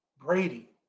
Brady